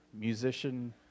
musician